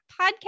podcast